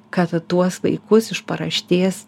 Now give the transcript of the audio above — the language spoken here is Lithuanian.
kad tuos vaikus iš paraštės